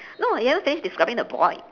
no you haven't finished describing the boy